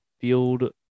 Field